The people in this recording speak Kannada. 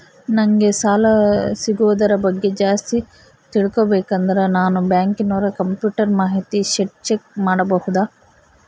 ನಂಗೆ ಸಾಲ ಸಿಗೋದರ ಬಗ್ಗೆ ಜಾಸ್ತಿ ತಿಳಕೋಬೇಕಂದ್ರ ನಾನು ಬ್ಯಾಂಕಿನೋರ ಕಂಪ್ಯೂಟರ್ ಮಾಹಿತಿ ಶೇಟ್ ಚೆಕ್ ಮಾಡಬಹುದಾ?